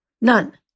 None